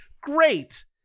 great